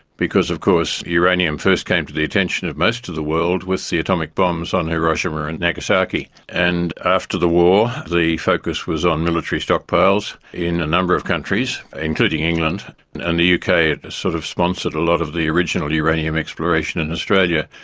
because of course uranium first came to the attention of most of the world with the atomic bombs on hiroshima and nagasaki. and after the war the focus was on military stockpiles in a number of countries, including england and and the uk sort of sponsored a lot of the original uranium exploration in australia.